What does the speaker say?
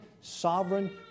sovereign